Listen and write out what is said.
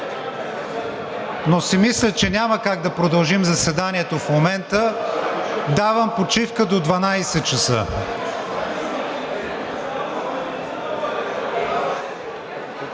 но си мисля, че няма как да продължим заседанието в момента. Давам почивка до 12,00 ч.